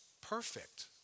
perfect